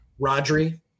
Rodri